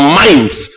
minds